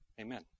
Amen